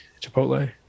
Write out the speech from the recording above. Chipotle